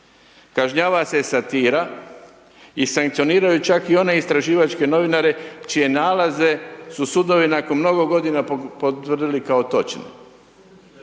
Kažnjava se satira i sankcioniraju čak i one istraživačke novinare čije nalaze su sudovi nakon mnogo godina potvrdili kao točne.